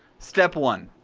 step one